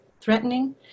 threatening